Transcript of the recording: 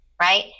right